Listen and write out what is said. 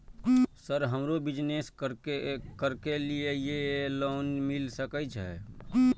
Sir हमरो business करके ली ये लोन मिल सके छे?